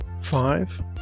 Five